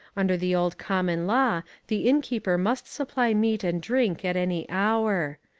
under the old common law the innkeeper must supply meat and drink at any hour.